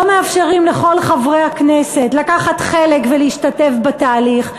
לא מאפשרים לכל חברי הכנסת לקחת חלק ולהשתתף בתהליך.